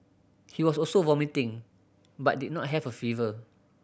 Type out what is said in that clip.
he was also vomiting but did not have a fever